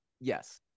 yes